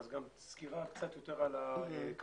ניתן סקירה קצת יותר על הכבאות.